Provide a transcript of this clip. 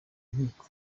nkiko